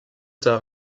tard